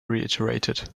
reiterated